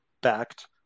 backed